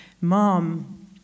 mom